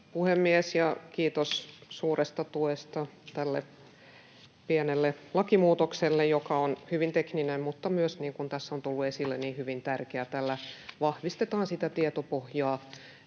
puhemies! Kiitos suuresta tuesta tälle pienelle lakimuutokselle, joka on hyvin tekninen mutta myös, niin kuin tässä on tullut esille, hyvin tärkeä. Tällä vahvistetaan sitä tietopohjaa,